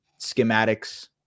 schematics